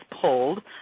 pulled